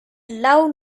love